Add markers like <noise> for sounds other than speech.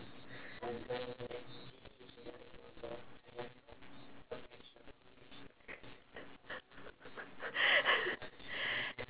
<laughs>